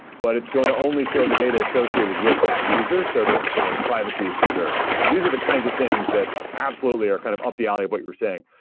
but it's going to only show the data associated with that user so that you know the privacy is preserved. these are the kinds of things that absolutely are kind of up the alley of what you're saying.